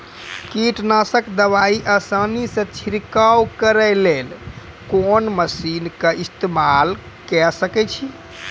कीटनासक दवाई आसानीसॅ छिड़काव करै लेली लेल कून मसीनऽक इस्तेमाल के सकै छी?